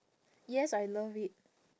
yes I love it